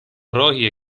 راهیه